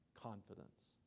confidence